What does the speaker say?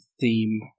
theme